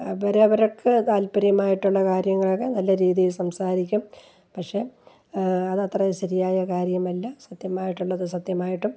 അവരവർക്ക് താത്പര്യമായിട്ടുള്ള കാര്യങ്ങളൊക്കെ നല്ല രീതിയിൽ സംസാരിക്കും പക്ഷെ അത് അത്ര ശരിയായ കാര്യമല്ല സത്യമായിട്ടുള്ളത് സത്യമായിട്ടും